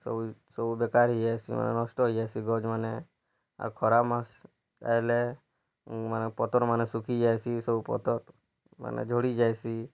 ସବୁ ସବୁ ବେକାର୍ ନଷ୍ଟ ହେଇ ଯାଏସି ଗଛ୍ମାନେ ଆଉ ଖରା ମାସ ଆଇଲେ ମାନେ ପତର୍ ମାନେ ସୁଖି ଯାଏସି ସବୁ ପତର୍ମାନେ ଝଡ଼ି ଯାଏସି